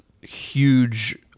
huge